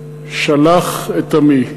שלח את עמי,